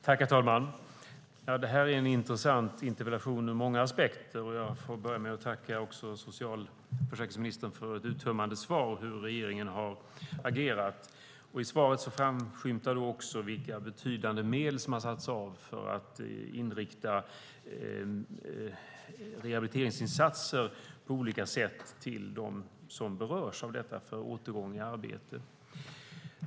Herr talman! Detta är en intressant interpellation med många aspekter. Jag börjar med att tacka socialförsäkringsministern för ett uttömmande svar om hur regeringen har agerat. I svaret framskymtar också vilka betydande medel som har avsatts för att inrikta rehabiliteringsinsatser på olika sätt till dem som berörs av detta för återgång i arbete.